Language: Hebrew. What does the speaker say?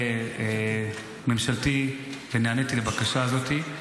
שזה יהיה ממשלתי ונעניתי לבקשה הזאת.